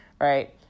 right